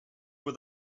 were